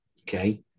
okay